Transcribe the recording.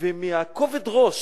ומכובד הראש.